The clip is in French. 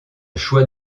choix